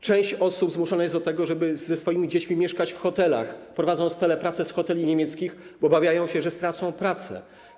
Część osób zmuszona jest do tego, żeby ze swoimi dziećmi mieszkać w hotelach, prowadząc telepracę z hoteli niemieckich, bo obawiają się, że stracą pracę.